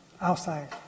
outside